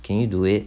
can you do it